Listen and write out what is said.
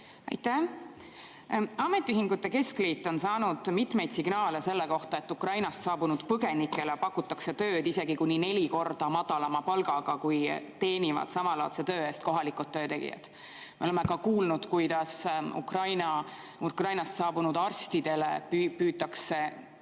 Aitäh! Ametiühingute keskliit on saanud mitmeid signaale selle kohta, et Ukrainast saabunud põgenikele pakutakse tööd isegi kuni neli korda madalama palga eest, kui teenivad samalaadse töö eest kohalikud töötegijad. Me oleme ka kuulnud, kuidas Ukrainast saabunud arstide puhul püütakse